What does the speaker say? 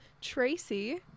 Tracy